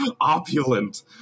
opulent